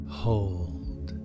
hold